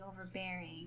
overbearing